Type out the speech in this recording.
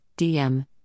DM